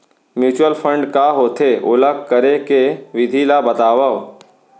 mutual fund का होथे, ओला करे के विधि ला बतावव